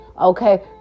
okay